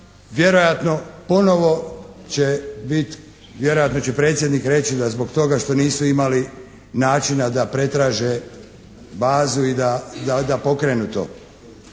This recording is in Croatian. vjerojatno će predsjednik reći da zbog toga što nisu imali načina da pretraže bazu i da pokrenu to.